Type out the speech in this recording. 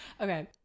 Okay